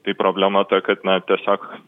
tai problema ta kad na tiesiog